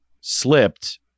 slipped